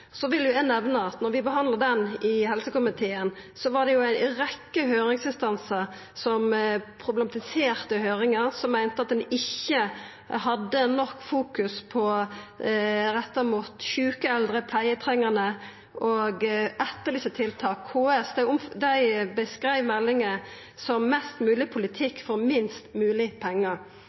vil nemna at da vi behandla den meldinga i helsekomiteen, var det ei rekkje høyringsinstansar som problematiserte høyringa, som meinte at ein ikkje fokuserte nok på sjuke, pleietrengande eldre, og etterlyste tiltak. KS beskreiv meldinga som mest mogleg politikk for minst mogleg pengar.